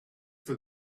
for